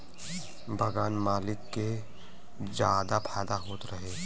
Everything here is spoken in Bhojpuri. बगान मालिक के जादा फायदा होत रहे